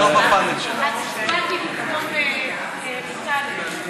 הצבעתי במקום בצלאל.